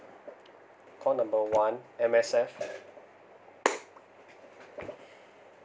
call one M_S_F